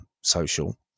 social